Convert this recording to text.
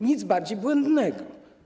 Nic bardziej błędnego.